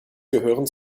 gehören